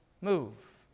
move